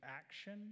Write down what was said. action